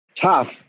tough